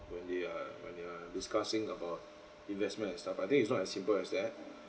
when they are when they are discussing about investment and stuff I think it's not as simple as that